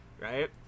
right